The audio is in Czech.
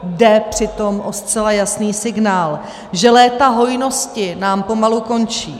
Jde přitom o zcela jasný signál, že léta hojnosti nám pomalu končí.